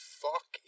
fuck